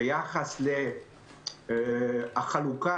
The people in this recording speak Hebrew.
ביחס לחלוקה,